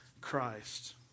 Christ